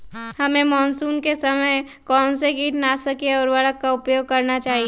हमें मानसून के समय कौन से किटनाशक या उर्वरक का उपयोग करना चाहिए?